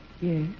Yes